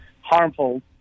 harmful